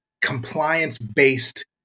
compliance-based